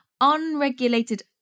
unregulated